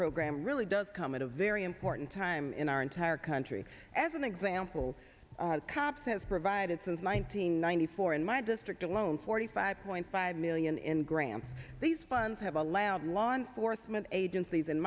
program really does come at a very important time in our entire country as an example cobb says provided since nine hundred ninety four in my district alone forty five point five million in grants these funds have allowed law enforcement agencies in